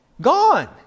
Gone